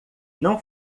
não